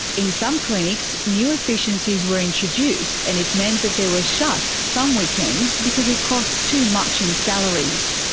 in some clinics, new efficiencies were introduced and it meant that they were shut some weekends because it cost too much in salaries.